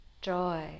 joy